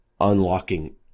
unlocking